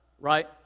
right